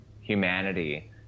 humanity